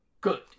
good